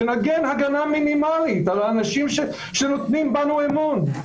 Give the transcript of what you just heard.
שנגן הגנה מינימלית על האנשים שנותנים בנו אמון.